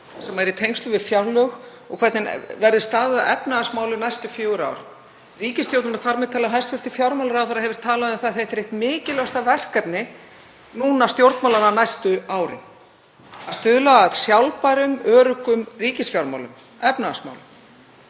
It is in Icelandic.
sem er í tengslum við fjárlög og hvernig staðið verður að efnahagsmálum næstu fjögur ár. Ríkisstjórnin, þar með talið hæstv. fjármálaráðherra, hefur talað um að þetta sé eitt mikilvægasta verkefni stjórnmálanna næstu árin; að stuðla að sjálfbærum og öruggum ríkisfjármálum, efnahagsmálum.